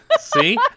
See